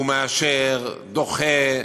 והוא מאשר, דוחה,